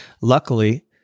Luckily